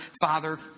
father